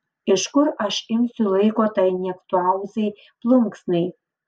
iš kur aš imsiu laiko tai niektauzai plunksnai